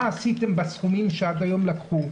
מה עשיתם בסכומים שעד היום נגבו.